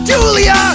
Julia